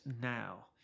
now